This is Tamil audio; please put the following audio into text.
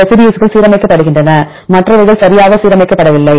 ரெசி டியூஸ்கள் சீரமைக்கப்படுகின்றன மற்றவைகள் சரியாக சீரமைக்கப்படவில்லை